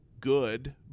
good